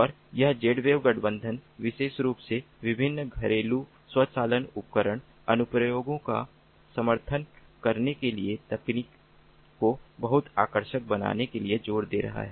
और यह Zwave गठबंधन विशेष रूप से विभिन्न घरेलू स्वचालन उपकरण अनुप्रयोगों का समर्थन करने के लिए तकनीक को बहुत आकर्षक बनाने के लिए जोर दे रहा है